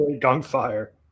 Gunfire